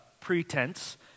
Pretense